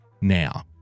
now